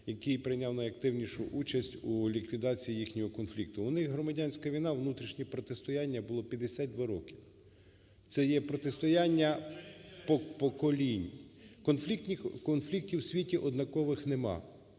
який прийняв найактивнішу участь у ліквідації їхнього конфлікту. У них громадянська війна, внутрішнє протистояння було 52 роки. Це є протистояння поколінь, конфліктів у світі однакових